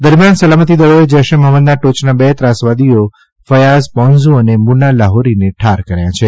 દરમિયાન સલામતિદળોએ જૈશે મહંમદના ટોચના બે ત્રાસવાદીઓ ફયાઝ પોન્ઝુ અને મુના લાહોરીને ઠાર કર્યા છે